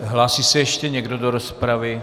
Hlásí se ještě někdo do rozpravy?